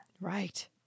Right